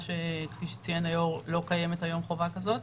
כפי שציין היושב ראש, היום לא קיימת חובה כזאת.